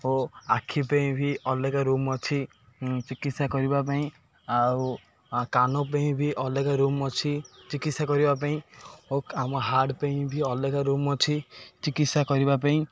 ଓ ଆଖି ପାଇଁ ବି ଅଲଗା ରୁମ୍ ଅଛି ଚିକିତ୍ସା କରିବା ପାଇଁ ଆଉ କାନ ପାଇଁ ବି ଅଲଗା ରୁମ୍ ଅଛି ଚିକିତ୍ସା କରିବା ପାଇଁ ଓ ଆମ ହାର୍ଟ ପାଇଁ ବି ଅଲଗା ରୁମ୍ ଅଛି ଚିକିତ୍ସା କରିବା ପାଇଁ